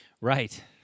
Right